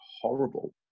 horrible